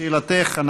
לשאלתך,